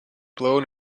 blown